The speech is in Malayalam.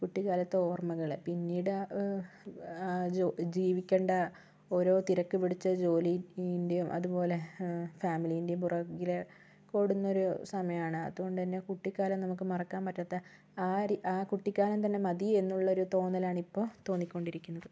കുട്ടികാലത്തെ ഓർമ്മകള് പിന്നീട് ജോ ജീവിക്കണ്ടേ ഓരോ തിരക്കുപിടിച്ച ജോലിൻ്റെയും അതുപോലെ ഫാമിലിയിൻ്റെ പുറകില് ഓടുന്നൊരു സമയമാണ് അതുകൊണ്ടുത്തന്നെ കുട്ടിക്കാലം നമുക്ക് മറക്കാൻ പറ്റാത്ത ആരി ആ കുട്ടിക്കാലം തന്നെ മതി എന്നുള്ളൊരു തോന്നൽ ആണ് ഇപ്പോൾ തോന്നിക്കൊണ്ടിരിക്കുന്നത്